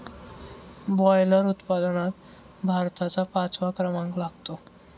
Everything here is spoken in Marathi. बॉयलर उत्पादनात भारताचा पाचवा क्रमांक लागतो